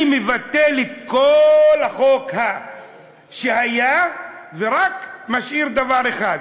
אני מבטל את כל החוק שהיה ומשאיר רק דבר אחד: